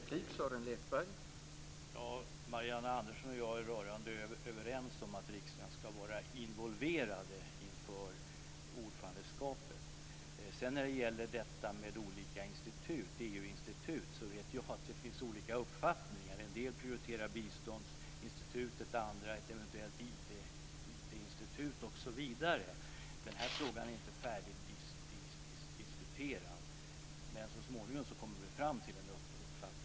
Herr talman! Marianne Andersson och jag är rörande överens om att riksdagen ska vara involverad inför ordförandeskapet. När det gäller detta med EU-institut vet jag att det finns olika uppfattningar. En del prioriterar biståndsinstitutet medan andra prioriterar ett eventuellt IT institut. Den här frågan är inte färdigdiskuterad, men så småningom kommer vi väl fram till en uppfattning.